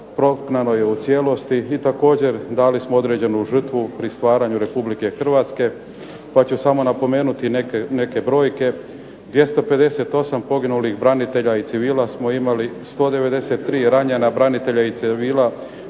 prognano je u cijelosti, i također dali smo određenu žrtvu pri stvaranju Republike Hrvatske, pa ću samo napomenuti neke brojke. 258 poginulih branitelja i civila smo imali, 193 ranjena branitelja i civila